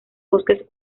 bosques